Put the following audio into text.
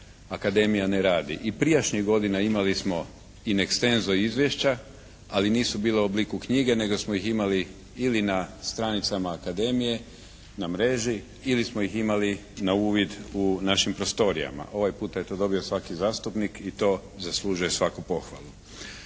Akademija ne radi. I prijašnjih godina imali smo …/Govornik se ne razumije./… izvješća ali, nisu bila u obliku knjige nego smo ih imali na stranicama Akademije, na mreži ili smo ih imali na uvid u našim prostorijama. Ovaj puta je to dobio svaki zastupnik i to zaslužuje svaku pohvalu.